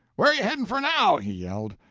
where you headin' for now? he yelled.